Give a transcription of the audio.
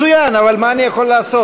מצוין, אבל מה אני יכול לעשות?